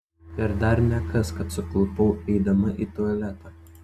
ir dar nekas kad suklupau eidama į tualetą